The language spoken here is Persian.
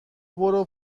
برو